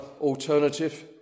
alternative